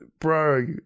bro